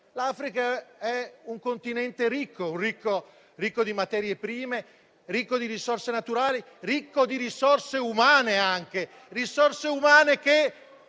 l'Africa è un continente ricco, ricco di materie prime, ricco di risorse naturali, ricco di risorse umane. Risorse umane che